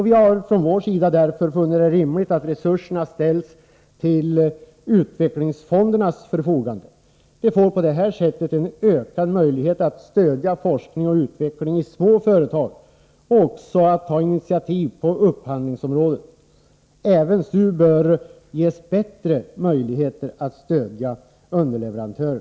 Vi har därför funnit det rimligt att resurserna ställs till utvecklingsfondernas förfogande. De får på det sättet en utökad möjlighet att stödja forskning och utveckling i små företag och också att ta initiativ på upphandlingsområdet. Även STU bör ges bättre möjligheter att stödja underleverantörer.